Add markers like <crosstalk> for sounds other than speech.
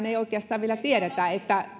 <unintelligible> ei oikeastaan vielä tiedetä